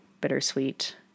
bittersweet